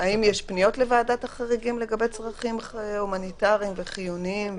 האם יש פניות לוועדת החריגים לגבי צרכים הומניטריים וחיוניים?